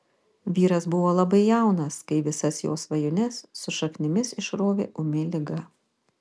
vyras buvo labai jaunas kai visas jo svajones su šaknimis išrovė ūmi liga